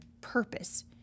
purpose